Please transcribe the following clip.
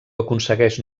aconsegueix